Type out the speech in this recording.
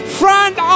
front